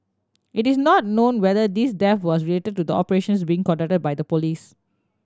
it is not known whether this death was related to the operations being conducted by the police